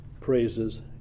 praises